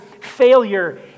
failure